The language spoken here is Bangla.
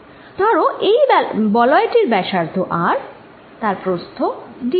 ধরো এই বলয় টির ব্যাসার্ধ R তার প্রস্থ dr